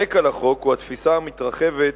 הרקע לחוק הוא התפיסה המתרחבת,